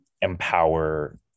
empower